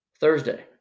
Thursday